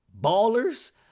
ballers